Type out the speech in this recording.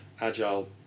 Agile